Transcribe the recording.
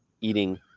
eating